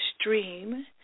stream